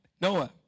Noah